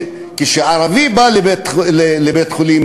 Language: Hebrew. כשערבי בא לבית-חולים,